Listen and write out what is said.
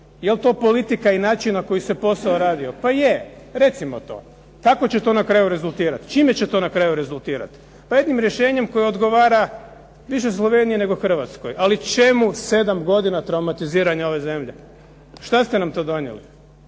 Jel to politika i način na koji se posao radio? Pa je, recimo to. Kako će to na kraju rezultirati? Čime će to na kraju rezultirati? Pa jednim rješenjem koje odgovara više Sloveniji nego Hrvatskoj, ali čemu 7 godina traumatiziranja ove zemlje? Što ste nam to donijeli?